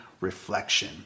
reflection